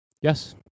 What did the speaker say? Yes